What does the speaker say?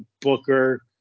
Booker